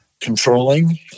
controlling